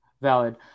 Valid